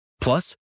Plus